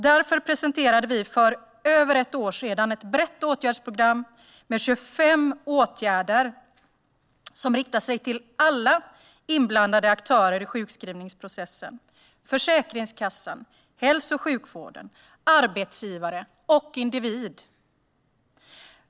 Därför presenterade vi för över ett år sedan ett brett åtgärdsprogram med 25 åtgärder som riktar sig till alla inblandade aktörer i sjukskrivningsprocessen - Försäkringskassan, hälso och sjukvården, arbetsgivare och individ.